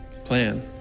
Plan